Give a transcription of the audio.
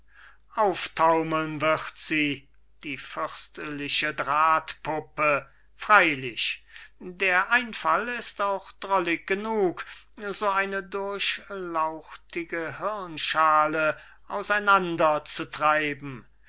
auftaumeln wird sie die fürstliche drahtpuppe freilich der einfall ist auch drollig genug so eine durchlauchtigte hirnschale auseinander zu treiben